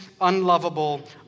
unlovable